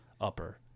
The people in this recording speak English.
upper